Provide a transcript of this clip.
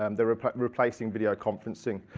um they're ah replacing video conferencing.